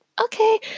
okay